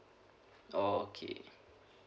oh okay